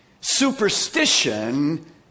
superstition